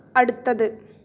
അടുത്തത്